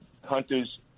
Hunter's